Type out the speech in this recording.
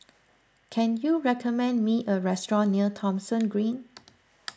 can you recommend me a restaurant near Thomson Green